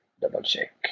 double-check